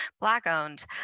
black-owned